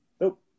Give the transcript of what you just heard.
Nope